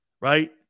right